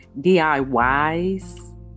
DIYs